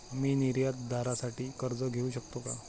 मी निर्यातदारासाठी कर्ज घेऊ शकतो का?